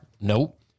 Nope